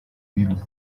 bibi